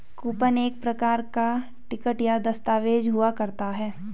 coupon एक प्रकार का टिकट या दस्ताबेज हुआ करता है